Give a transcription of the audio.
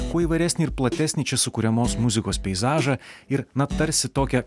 kuo įvairesnį ir platesnį čia sukuriamos muzikos peizažą ir na tarsi tokią